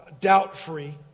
doubt-free